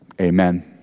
amen